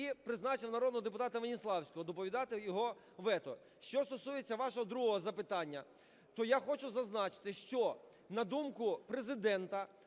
і призначив народного депутата Веніславського доповідати його вето. Що стосується вашого другого запитання, то я хочу зазначити, що, на думку Президента,